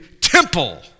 temple